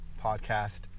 podcast